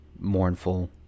mournful